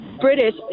British